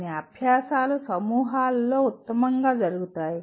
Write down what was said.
కొన్ని అభ్యాసాలు సమూహాలలో ఉత్తమంగా జరుగుతాయి